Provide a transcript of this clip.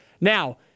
Now